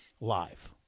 live